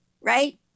Right